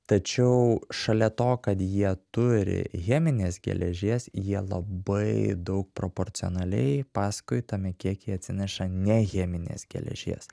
tačiau šalia to kad jie turi cheminės geležies jie labai daug proporcionaliai paskui tame kiekyje atsineša ne cheminės geležies